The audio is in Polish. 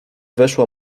weszła